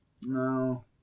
No